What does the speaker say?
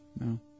No